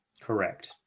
Correct